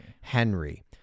Henry